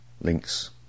links